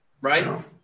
Right